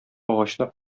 агачны